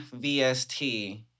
VST